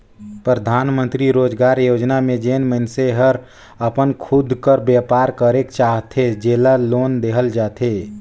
परधानमंतरी रोजगार योजना में जेन मइनसे हर अपन खुद कर बयपार करेक चाहथे जेला लोन देहल जाथे